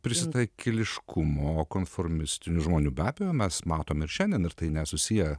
prisitaikėliškumo konformistinių žmonių be abejo mes matom ir šiandien ir tai nesusiję